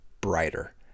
brighter